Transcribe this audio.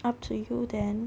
up to you then